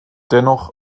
dennoch